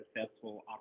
successful